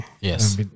yes